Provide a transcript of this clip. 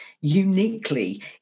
uniquely